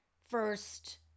first